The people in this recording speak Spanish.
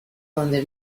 donde